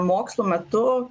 mokslų metu